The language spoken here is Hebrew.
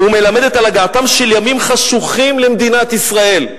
"ומלמדת על הגעתם של ימים חשוכים למדינת ישראל".